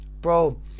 bro